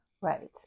Right